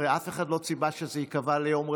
הרי אף אחד לא ציפה שזה ייקבע ליום רביעי,